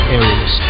areas